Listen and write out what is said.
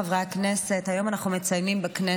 חברת הכנסת יסמין פרידמן.